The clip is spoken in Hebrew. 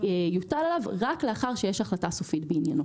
יוטל עליו רק לאחר שיש החלטה סופית בעניינו.